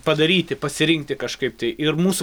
padaryti pasirinkti kažkaip tai ir mūsų